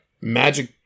magic